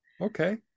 okay